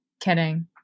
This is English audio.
Kidding